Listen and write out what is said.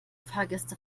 fahrgäste